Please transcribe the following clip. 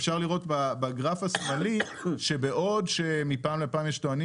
אפשר לראות בגרף השמאלי שבעוד שמפעם לפעם יש שטוענים